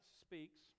Speaks